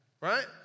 Right